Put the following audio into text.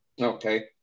Okay